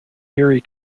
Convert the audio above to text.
erie